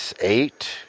eight